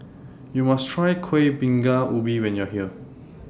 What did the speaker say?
YOU must Try Kueh Bingka Ubi when YOU Are here